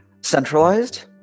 centralized